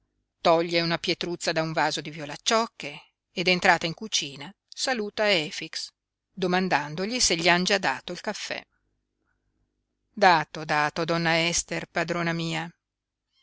toglie una pietruzza da un vaso di violacciocche ed entrata in cucina saluta efix domandandogli se gli han già dato il caffè dato dato donna ester padrona mia